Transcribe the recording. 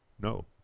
No